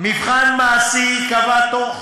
מבחן מעשי ייקבע בתוך